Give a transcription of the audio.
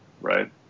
right